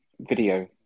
video